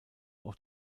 auch